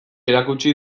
erakutsi